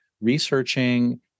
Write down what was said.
researching